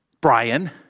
Brian